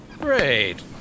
Great